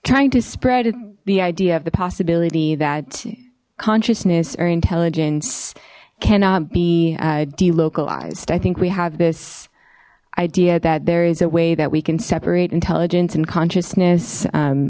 trying to spread the idea of the possibility that consciousness or intelligence cannot be delocalized i think we have this idea that there is a way that we can separate intelligence and consciousness